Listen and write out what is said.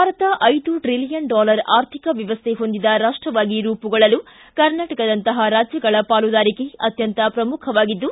ಭಾರತ ಐದು trillion dollar ಆರ್ಥಿಕ ವ್ಯವಸ್ಥೆ ಹೊಂದಿದ ರಾ ್ವೆವಾಗಿ ರೂಪುಗೊಳ್ಳಲು ಕರ್ನಾಟಕದಂತಹ ರಾಜ್ಯಗಳ ಪಾಲುದಾರಿಕೆ ಅತ್ಯಂತ ಪ್ರಮುಖವಾಗಿದ್ದು